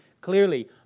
clearly